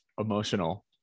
emotional